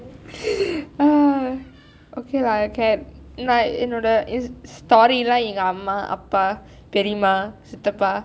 ah okay lah can நா என்னுடைய:na ennudaiya insta story எல்லாம் எங்க அம்மா அப்பா பெரியம்மா சித்தப்பா:ellam enka amma appa periyamma chitappa